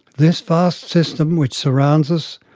this vast system which surrounds us,